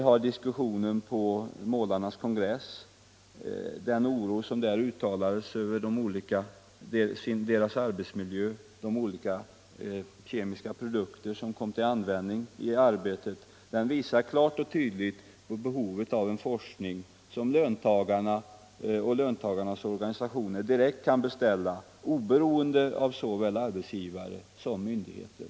Oron som uttalades på målarnas kongress över deras arbetsmiljö och de olika kemiska produkter som kommer till användning i arbetet visar klart och tydligt behovet av en forskning som löntagarna och deras organisationer kan beställa direkt oberoende av såväl arbetsgivare som myndigheter.